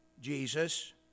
Jesus